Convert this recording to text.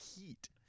heat